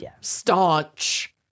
staunch